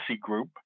Group